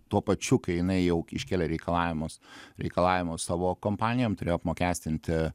tuo pačiu kai jinai jau iškėlė reikalavimus reikalavimus savo kompanijom turėjo apmokestinti